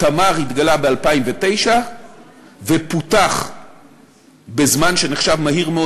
"תמר" התגלה ב-2009 ופותח בזמן שנחשב מהיר מאוד,